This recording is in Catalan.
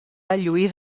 lluís